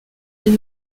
elle